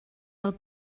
del